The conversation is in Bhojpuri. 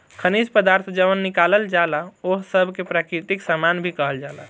खनिज पदार्थ जवन निकालल जाला ओह सब के प्राकृतिक सामान भी कहल जाला